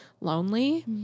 lonely